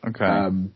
Okay